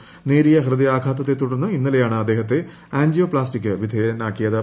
ആശുപത്രി നേരിയ ഹൃദയാഘാതത്തെ തുടർന്ന് ഇന്നലെയാണ് അദ്ദേഹത്തെ ആൻജിയോപ്ലാസ്റ്റിക്കിന് വിധേയനാക്കിയത്